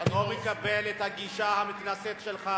אני לא מקבל את הגישה המתנשאת שלך,